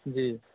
जी